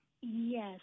Yes